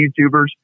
youtubers